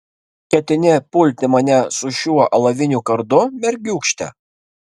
ketini pulti mane su šiuo alaviniu kardu mergiūkšte